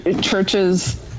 churches